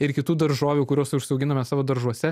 ir kitų daržovių kuriuos užsiauginame savo daržuose